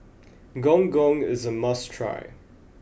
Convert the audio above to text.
Gong Gong is a must try